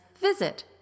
visit